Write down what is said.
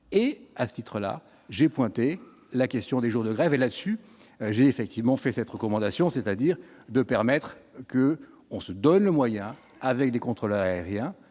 et à ce titre-là, j'ai pointé la question des jours de grève, et là-dessus, j'ai effectivement fait cette recommandation, c'est-à-dire de permettre que, on se donne les moyens, avec des contrôleurs aériens